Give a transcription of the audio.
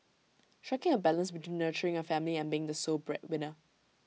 striking A balance between nurturing A family and being the sole breadwinner